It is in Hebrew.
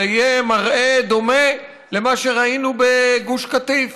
זה יהיה מראה דומה למה שראינו בגוש קטיף,